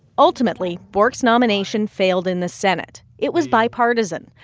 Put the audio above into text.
ultimately, bork's nomination failed in the senate. it was bipartisan.